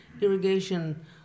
irrigation